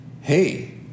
hey